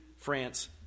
France